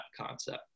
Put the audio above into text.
concept